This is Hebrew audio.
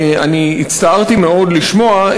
אני הצטערתי מאוד לשמוע,